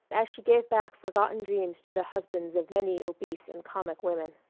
as she gave back forgotten dreams to the husbands of many obese and comic women.